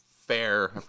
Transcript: Fair